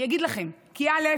אני אגיד לכם: כי א.